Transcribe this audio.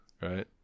Right